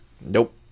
Nope